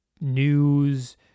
news